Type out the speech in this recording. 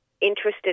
interested